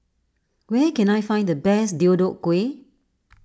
where can I find the best Deodeok Gui